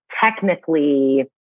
technically